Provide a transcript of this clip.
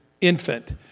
infant